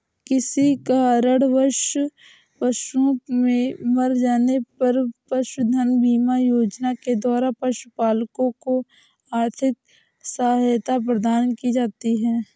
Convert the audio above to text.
किसी कारणवश पशुओं के मर जाने पर पशुधन बीमा योजना के द्वारा पशुपालकों को आर्थिक सहायता प्रदान की जाती है